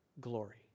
glory